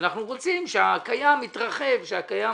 אנחנו רוצים שהקיים יתרחב, שהקיים